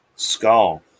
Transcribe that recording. Skull